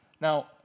Now